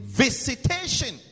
visitation